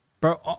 Bro